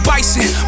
Bison